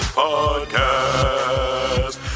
podcast